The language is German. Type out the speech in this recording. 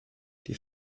die